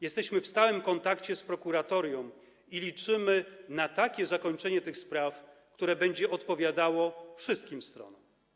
Jesteśmy w stałym kontakcie z prokuratorią i liczymy na takie zakończenie tych spraw, które będzie odpowiadało wszystkim stronom.